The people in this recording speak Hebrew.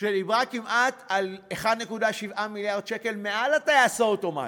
דיברה על כמעט 1.7 מיליארד שקל מעל הטייס האוטומטי,